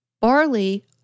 Barley